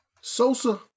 Sosa